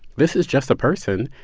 this is just a person,